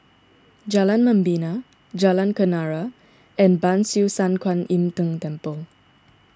Jalan Membina Jalan Kenarah and Ban Siew San Kuan Im Tng Temple